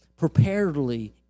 preparedly